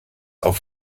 auf